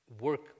work